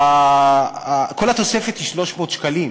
כל התוספת היא 300 שקלים,